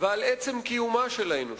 ועל עצם קיומה של האנושות.